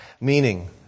Meaning